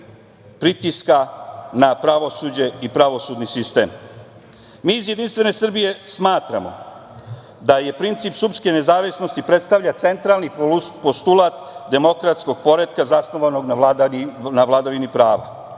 pritiska na pravosuđe i na pravosudni sistem? Mi iz Jedinstvene Srbije smatramo da je princip sudske nezavisnosti predstavlja centralni postulat demokratskog poretka zasnovanog na vladavini prava.